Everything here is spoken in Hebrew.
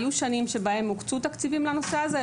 היו שנים שבהן הוקצו תקציבים לנושא הזה.